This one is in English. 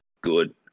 good